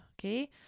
okay